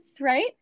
right